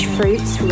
Fruits